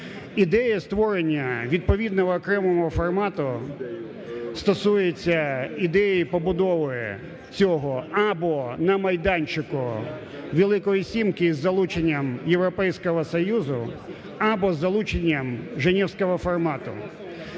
Ідея створення відповідного окремого формату стосується ідеї побудови цього або на майданчику Великої сімки із залученням Європейського Союзу, або з залученням женевського формату.